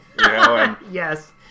Yes